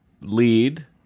lead